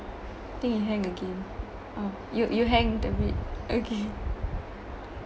think you hang again oh you you hanged a bit okay